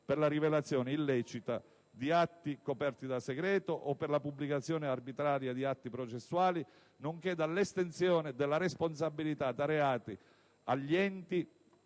per la rivelazione illecita di atti coperti da segreto o per la pubblicazione arbitraria di atti processuali, nonché dall'estensione della responsabilità da reati agli enti